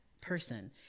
person